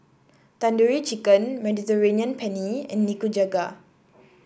Tandoori Chicken Mediterranean Penne and Nikujaga